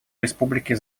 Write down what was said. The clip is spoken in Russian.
республики